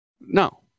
No